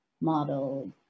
model